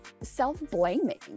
self-blaming